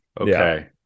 Okay